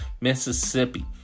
Mississippi